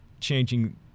changing